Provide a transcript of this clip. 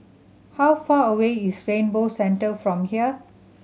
how far away is Rainbow Centre from here